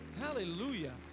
Hallelujah